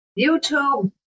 YouTube